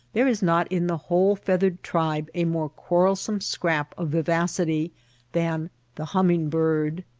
there is not in the whole feathered tribe a more quarrelsome scrap of vivacity than the humming-bird.